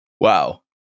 Wow